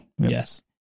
Yes